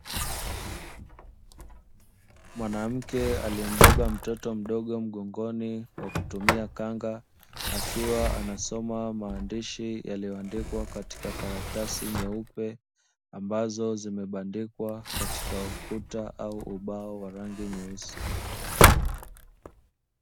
Mwanamke aliyembeba mtoto mdogo mgongoni kwa kutumia khanga, akiwa anasoma maandishi yaliyoandikwa katika karatasi nyeupe ambazo zimebandikwa katika ukuta au ubao wa rangi nyeusi.